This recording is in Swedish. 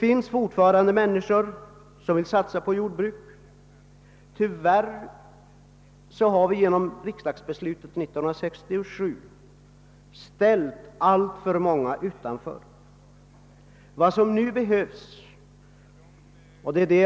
Många människor vill alltjämt satsa på jordbruk, men dem har vi tyvärr genom 1967 års riksdagsbeslut ställt utanför den möjligheten.